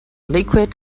liquid